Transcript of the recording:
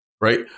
right